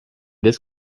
this